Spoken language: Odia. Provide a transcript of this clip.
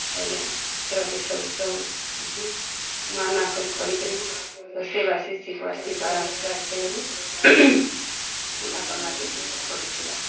ହେଲେ ହେତେରର୍ ଲାଗି ସବୁ ସବୁ କିଛି ନୂଆ ନୂଆ କରି କରିିକରି ରୋଷେଇବାସ ଶିଖ୍ବାର୍ ଶିଖ୍ବାର୍ ଆସ୍ତେ ଆସ୍ତେ କରି ହତା କର୍ବାକେ ପଡ଼ିଥିଲା